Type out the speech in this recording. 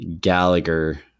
Gallagher